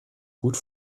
gut